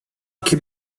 iki